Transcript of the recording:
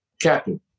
Captain